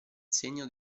segno